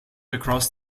across